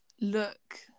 look